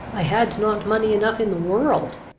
i had not money enough in the world.